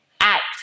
act